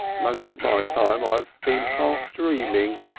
most of my time i've been half dreaming.